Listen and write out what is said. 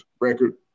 record